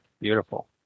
Beautiful